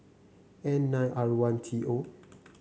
N nine R one T O